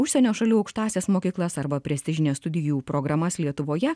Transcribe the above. užsienio šalių aukštąsias mokyklas arba prestižines studijų programas lietuvoje